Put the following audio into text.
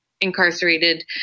incarcerated